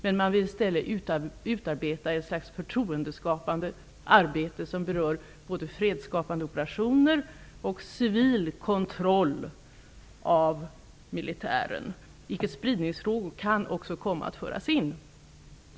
I stället vill man utforma ett slags förtroendeskapande arbete som berör både fredsskapande operationer och civil kontroll av militären. Icke-spridningsfrågor kan också komma att föras in.